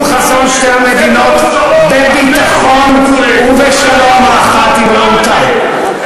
חזון שתי המדינות החיות בביטחון ובשלום האחת עם רעותה.